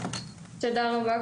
תודה רבה.